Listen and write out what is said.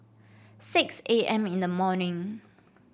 six A M in the morning